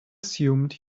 assumed